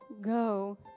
Go